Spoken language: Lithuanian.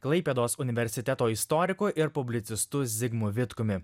klaipėdos universiteto istoriku ir publicistu zigmu vitkumi